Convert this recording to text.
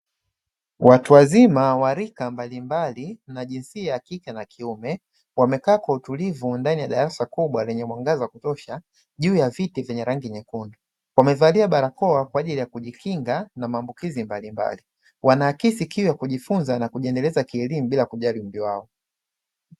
Watu wazima wa rika mbalimbali na jinsia ya kike na kiume wamekaa kwa utulivu ndani ya darasa kubwa lenye mwangaza wa kutosha juu ya viti vyenye rangi nyekundu; wamevalia barakoa kwaajili ya kujikinga na maambukizi mbalimbali, wanaakisi kiu ya kujifunza na kujiendeleza kielimu bila kujali umri wao.